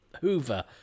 Hoover